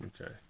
Okay